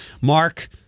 mark